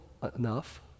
enough